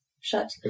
shut